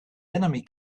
enemy